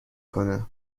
کنه